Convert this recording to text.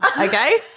Okay